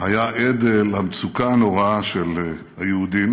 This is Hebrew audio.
היה עד למצוקה הנוראה של היהודים